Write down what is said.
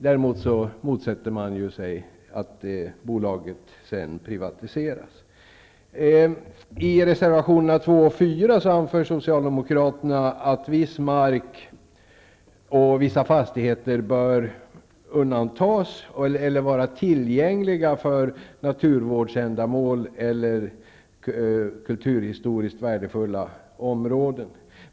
Däremot motsätter de sig att bolaget sedan privatiseras. I reservationerna 2 och 4 anför Socialdemokraterna att viss mark och vissa fastigheter bör undantas eller vara tillgängliga för naturvårdsändamål eller som kulturhistoriskt värdefulla områden.